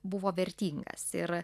buvo vertingas ir